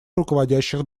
руководящих